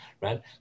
right